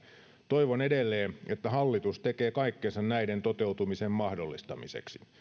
toivon edelleen että hallitus tekee kaikkensa näiden toteutumisen mahdollistamiseksi